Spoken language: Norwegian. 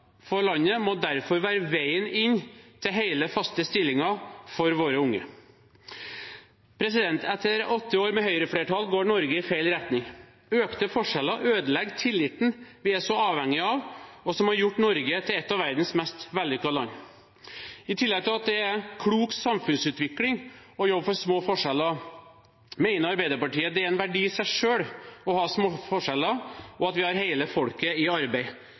for landet må derfor være veien inn til hele, faste stillinger for våre unge. Etter åtte år med høyreflertall går Norge i feil retning. Økte forskjeller ødelegger tilliten vi er så avhengige av, og som har gjort Norge til et av verdens mest vellykkede land. I tillegg til at det er klok samfunnsutvikling å jobbe for små forskjeller, mener Arbeiderpartiet det er en verdi i seg selv å ha små forskjeller og at vi har hele folket i arbeid.